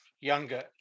younger